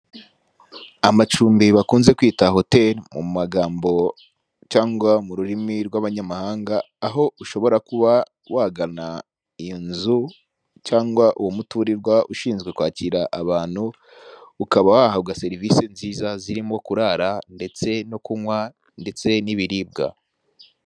Amacumbi bakunze kwita hotel mu magambo cyangwa mu rurimi rw'abanyamahanga aho ushobora kuba wagana iyo nzu cyangwa uwo mutirirwa ushinzwe kwakira abantu ukaba wahabwa serivisi nziza zirimo kurara ndetse no kunywa ndetse n'ibiribwa .